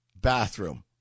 bathroom